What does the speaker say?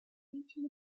region